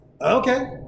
Okay